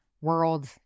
world